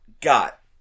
got